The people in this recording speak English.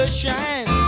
shine